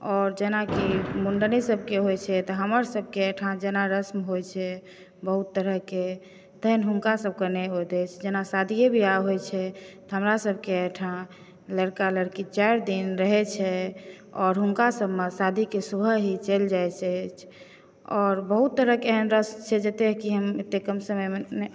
आओर जेनाकि मुण्डने सबके होइछै तऽ हमर सभके एहिठाम जेना रस्म होइछै बहुत तरहके तेहन हुनका सभकए नहि होइत अछि जेना शादिये बियाह होइ छै तए हमरा सभके एहिठाम लड़का लड़की चारि दिन रहै छै और हुनका सभमे शादीके सुबह ही चलि जाइ छै और बहुत तरहके एहन रस्म छै जतय कि हम एते कम समयमे नहि